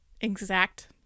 exact